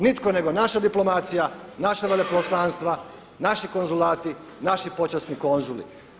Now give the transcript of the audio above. Nitko nego naša diplomacija, naša veleposlanstva, naši konzulati, naši počasni konzuli.